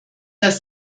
das